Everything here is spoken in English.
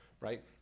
right